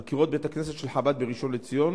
על קירות בית-הכנסת של חב"ד בראשון-לציון.